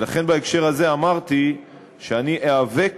ולכן בהקשר הזה אמרתי שאני איאבק